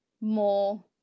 more